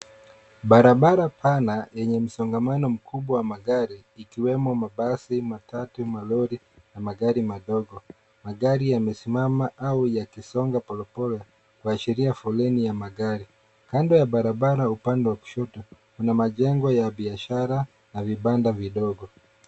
Barabara pana lenye msongamano mkubwa wa magari ikiwemo mabasi, matatu, malori, na magari madogo. Magari yamesimama au yakisonga polepole, kuashiria foleni ya magari. Kando ya barabara, upande wa kushoto, kuna majengo ya biashara na vibanda vidogo.